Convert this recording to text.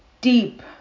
deep